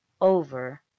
over